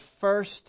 first